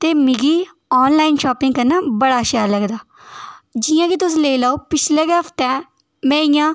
ते मिगी online shopping करना बड़ा शैल लगदा जि'यां कि तुस लेई लैओ पिछले गै हफ्ते में इ'यां